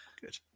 Good